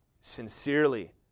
sincerely